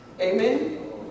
Amen